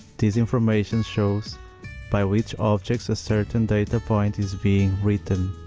this information shows by which objects a certain data point is being written.